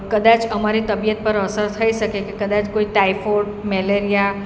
કદાચ અમારી તબિયત પર અસર થઈ શકે કે કદાચ કોઈ ટાઇફોડ મેલેરિયા